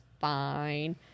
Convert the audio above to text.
fine